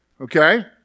okay